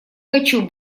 хочу